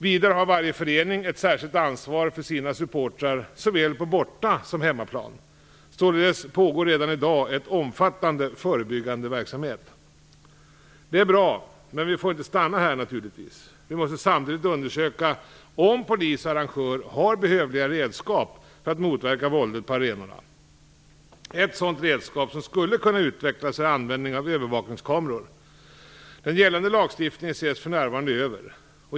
Vidare har varje förening ett särskilt ansvar för sina supportrar, på såväl borta som hemmaplan. Således pågår redan i dag en omfattande förebyggande verksamhet. Det är bra, men vi får naturligtvis inte stanna här. Vi måste samtidigt undersöka om polis och arrangör har behövliga redskap för att motverka våldet på arenorna. Ett sådant redskap som skulle kunna utvecklas är användningen av övervakningskameror. Den gällande lagstiftningen ses för närvarande över.